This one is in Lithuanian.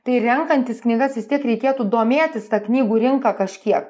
tai renkantis knygas vis tiek reikėtų domėtis ta knygų rinka kažkiek